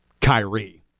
Kyrie